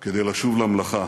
כדי לשוב למלאכה.